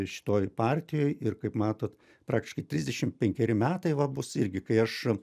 šitoj partijoj ir kaip matot praktiškai trisdešim penkeri metai va bus irgi kai aš